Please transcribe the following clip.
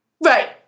Right